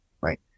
Right